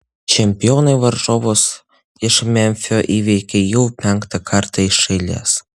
čempionai varžovus iš memfio įveikė jau penktą kartą iš eilės